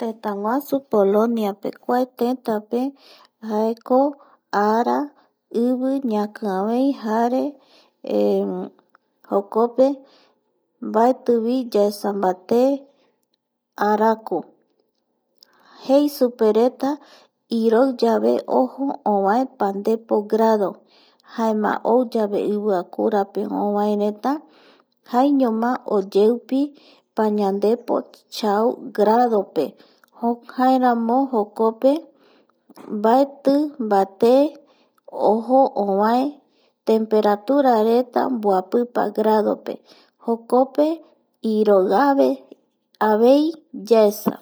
Tëtäguasu Coloniape kua tetape jaeko ara ñakiavei jare jokope mbaetivi yaesa mbate araku jei supereta iroiyave ojo ovae pandepo grado jaema ou yave iviakurape ovae reta jaeñoma oyeupi chau gradope jaeramo jokope mbaeti mbaté ojo ovae temperaturareta mboapipa grado pe jokope iroi ave aveivi yaesa